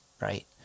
right